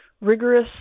rigorous